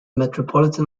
metropolitan